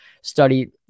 study